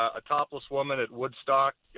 a topless woman at woodstock.